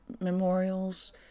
memorials